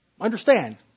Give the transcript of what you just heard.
understand